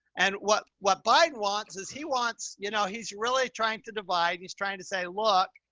and what, what bide wants is he wants, you know, he's really trying to divide. he's trying to say, look,